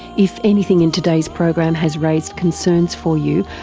if anything in today's program has raised concerns for you,